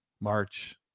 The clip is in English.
March